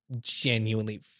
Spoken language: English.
genuinely